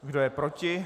Kdo je proti?